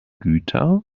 güter